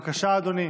בבקשה, אדוני,